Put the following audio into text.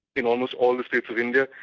in almost all the states of india,